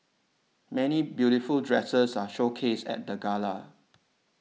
many beautiful dresses are showcased at the gala